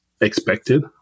expected